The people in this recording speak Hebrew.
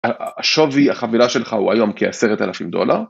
השווי החבילה שלך הוא היום כעשרת אלפים דולר.